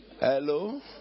Hello